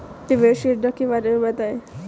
निवेश योजना के बारे में बताएँ?